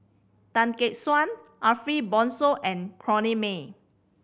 Tan Gek Suan Ariff Bongso and Corrinne May